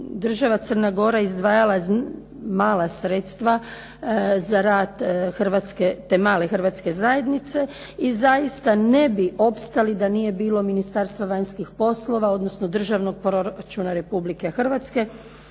država Crna Gora izdvajala mala sredstva za rad te male hrvatske zajednice i zaista ne bi opstali da nije bilo Ministarstva vanjskih poslova, odnosno Državnog proračuna Republike Hrvatskih,